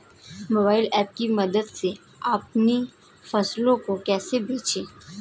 Mobile app की मदद से अपनी फसलों को कैसे बेचें?